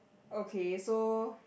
okay so